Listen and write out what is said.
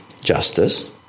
justice